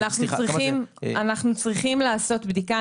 אנחנו צריכים לעשות בדיקה.